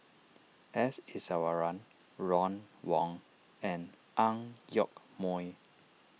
S Iswaran Ron Wong and Ang Yoke Mooi